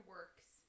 Works